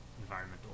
environmental